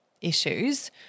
issues